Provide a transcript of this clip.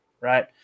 right